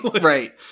right